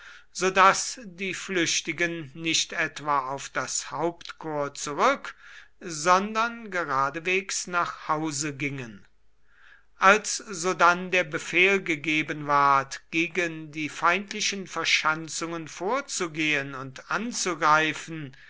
daß die flüchtigen nicht etwa auf das hauptkorps zurück sondern geradewegs nach hause gingen als sodann der befehl gegeben ward gegen die feindlichen verschanzungen vorzugehen und anzugreifen